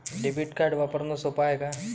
Debit card वापरणं सोप हाय का?